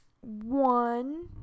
one